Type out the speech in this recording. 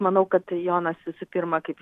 manau kad jonas visų pirma kaip